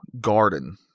garden